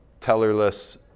tellerless